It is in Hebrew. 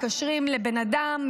מתקשרים לבן אדם,